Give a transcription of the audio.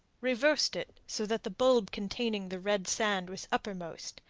reversed it so that the bulb containing the red sand was uppermost,